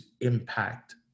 impact